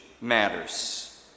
matters